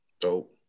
Dope